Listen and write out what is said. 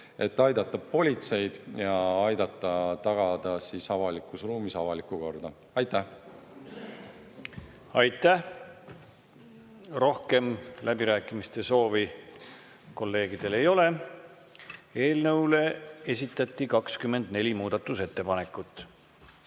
et aidata politseid ja aidata tagada avalikus ruumis avalikku korda. Aitäh! Aitäh! Rohkem läbirääkimiste soovi kolleegidel ei ole. Eelnõu kohta esitati 24 muudatusettepanekut.